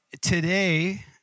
today